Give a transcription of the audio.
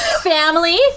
Family